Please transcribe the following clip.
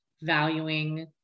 valuing